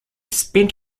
spent